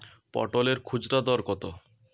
পটলের খুচরা দর কত?